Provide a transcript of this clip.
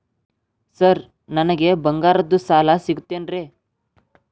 Sir ನನಗೆ ಬಂಗಾರದ್ದು ಸಾಲ ಸಿಗುತ್ತೇನ್ರೇ?